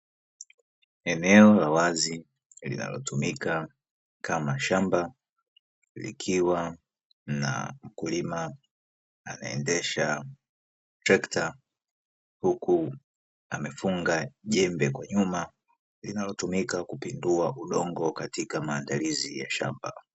Eneo la wazi linalotumika kama shamba, likiwa na mkulima anayeendesha trekta, huku amefungua jembe kwa nyuma, linalotumika kupindua udogo katika maandalizi ya shamba.